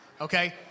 Okay